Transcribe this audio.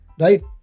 right